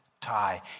tie